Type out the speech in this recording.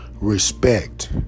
Respect